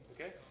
Okay